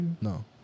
no